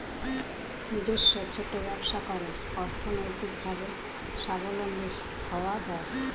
নিজস্ব ছোট ব্যবসা করে অর্থনৈতিকভাবে স্বাবলম্বী হওয়া যায়